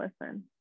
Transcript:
listen